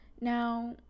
now